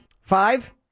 Five